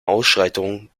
ausschreitungen